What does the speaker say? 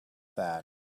that